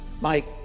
Mike